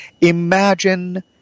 Imagine